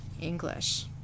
English